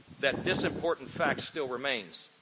that this important fact still remains.